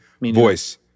voice